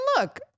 look